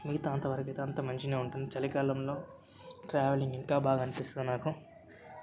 మిగతా అంత వరకైతే అంతా మంచినే ఉంటుంది చలికాలంలో ట్రావెలింగ్ ఇంకా బాగా అనిపిస్తుంది నాకు